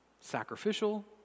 sacrificial